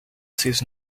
sees